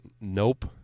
Nope